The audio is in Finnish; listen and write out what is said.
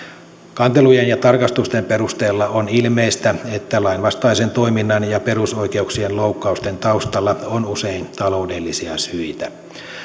kantelujen ja tarkastusten perusteella on ilmeistä että lainvastaisen toiminnan ja perusoikeuksien loukkausten taustalla on usein taloudellisia syitä